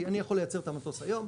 כי אני יכול לייצר את המטוס היום,